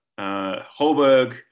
Holberg